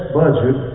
budget